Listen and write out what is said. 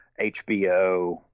HBO